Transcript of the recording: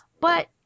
But-